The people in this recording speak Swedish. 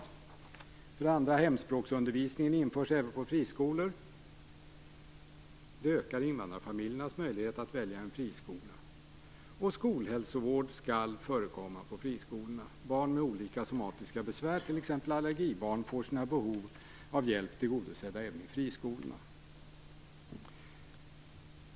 För det andra införs hemspråksundervisning även på friskolor Det ökar invandrarfamiljernas möjlighet att välja en friskola. För det tredje skall skolhälsovård förekomma på friskolorna. Barn med olika somatiska besvär, t.ex. allergibarn, får sina behov av hjälp tillgodosedda även i friskolorna.